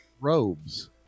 robes